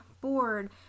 bored